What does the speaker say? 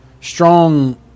strong